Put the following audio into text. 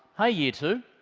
hey, year two.